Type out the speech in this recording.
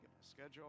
schedule